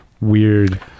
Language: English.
weird